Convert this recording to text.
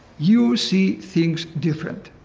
you see things different.